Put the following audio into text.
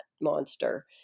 monster